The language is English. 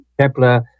Kepler